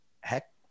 heck